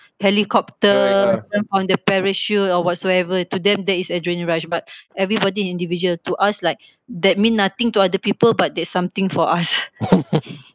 helicopter on the parachute or whatsoever to them that is adrenaline rush but everybody individual to us like that mean nothing to other people but that's something for us